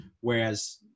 Whereas